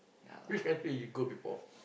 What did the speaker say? which country you go before